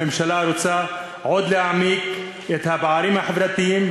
הממשלה רוצה עוד להעמיק את הפערים החברתיים,